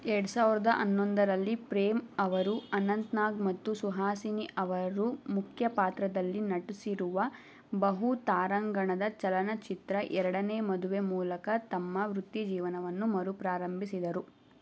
ಎರಡು ಸಾವಿರದ ಹನ್ನೊಂದರಲ್ಲಿ ಪ್ರೇಮ್ ಅವರು ಅನಂತ್ ನಾಗ್ ಮತ್ತು ಸುಹಾಸಿನಿ ಅವರು ಮುಖ್ಯ ಪಾತ್ರದಲ್ಲಿ ನಟಿಸಿರುವ ಬಹು ತಾರಾಗಣದ ಚಲನಚಿತ್ರ ಎರಡನೇ ಮದುವೆ ಮೂಲಕ ತಮ್ಮ ವೃತ್ತಿಜೀವನವನ್ನು ಮರುಪ್ರಾರಂಭಿಸಿದರು